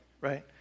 Right